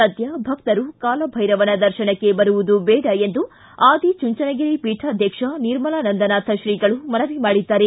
ಸದ್ದ ಭಕ್ತರು ಕಾಲಭೈರವನ ದರ್ಶನಕ್ಕೆ ಬರುವುದು ಬೇಡ ಎಂದು ಅದಿ ಚುಂಚನಗಿರಿ ಪೀಠಾಧ್ವಕ್ಷ ನಿರ್ಮಲಾನಂದನಾಥ ಶ್ರೀಗಳು ಮನವಿ ಮಾಡಿದ್ದಾರೆ